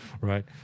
right